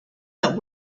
that